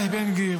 בן גביר,